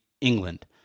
England